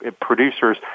producers